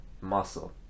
muscle